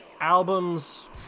albums